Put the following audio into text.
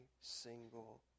single